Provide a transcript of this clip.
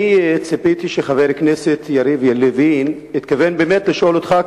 אני ציפיתי לשמוע שחבר הכנסת יריב לוין התכוון באמת לשאול אותך,